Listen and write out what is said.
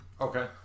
Okay